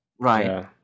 right